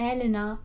Elena